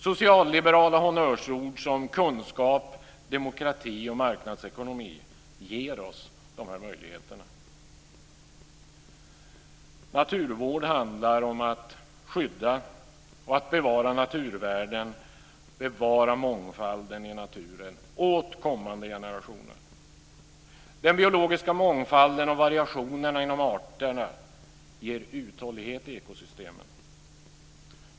Socialliberala honnörsord som kunskap, demokrati och marknadsekonomi ger oss dessa möjligheter. Naturvård handlar om att skydda och bevara naturvärden och om att bevara mångfalden i naturen åt kommande generationer. Den biologiska mångfalden och variationerna inom arterna ger uthållighet i ekosystemen.